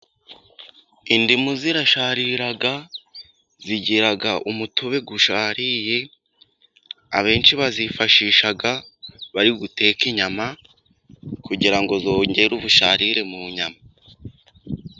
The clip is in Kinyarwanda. Indimu zirasharira zigira umutobe ushaririye abenshi bazifashisha bari guteka inyama kugira ngo zongere ubusharire mu nyama.